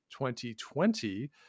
2020